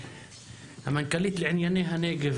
המנכ"לית לענייני הנגב.